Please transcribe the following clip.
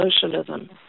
socialism